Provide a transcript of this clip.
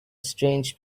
strange